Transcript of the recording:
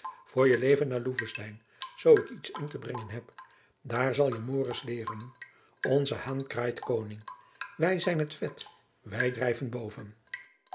voor je leven naar loevestein zoo ik iets in te brengen heb daar zal je mores leeren onze haan kraait koning wij zijn t vet wij drijven boven